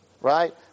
right